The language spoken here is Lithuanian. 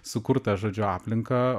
sukurtą žodžiu aplinką